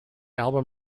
album